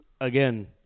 Again